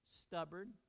stubborn